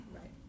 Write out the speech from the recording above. Right